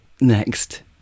Next